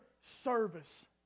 service